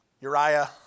Uriah